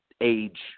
age